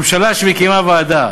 ממשלה שמקימה ועדה